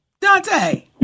Dante